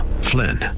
Flynn